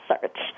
search